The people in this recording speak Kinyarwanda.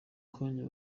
kanya